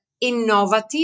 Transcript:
Innovative